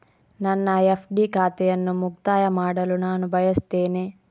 ನನ್ನ ಎಫ್.ಡಿ ಖಾತೆಯನ್ನು ಮುಕ್ತಾಯ ಮಾಡಲು ನಾನು ಬಯಸ್ತೆನೆ